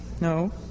No